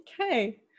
okay